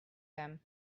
them